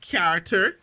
Character